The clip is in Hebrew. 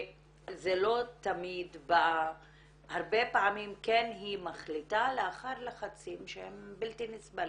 הרבה פעמים היא מחליטה לאחר לחצים שהם בלתי נסבלים.